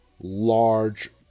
large